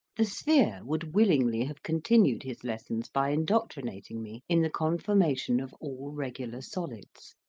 the sphere would willingly have continued his lessons by indoc trinating me in the conformation of all regular solids,